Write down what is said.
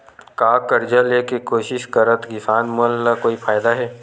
का कर्जा ले के कोशिश करात किसान मन ला कोई फायदा हे?